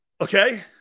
Okay